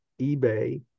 ebay